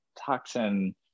toxin